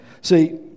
See